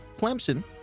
Clemson